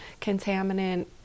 contaminant